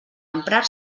emprar